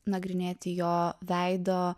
nagrinėti jo veido